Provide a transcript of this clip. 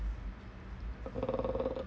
uh